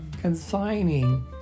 consigning